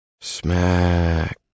Smack